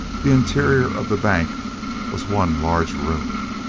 the interior of the bank was one large room.